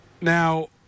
now